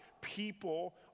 People